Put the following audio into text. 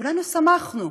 כולנו שמחנו.